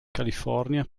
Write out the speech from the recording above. california